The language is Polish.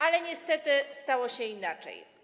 Ale niestety stało się inaczej.